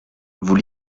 vous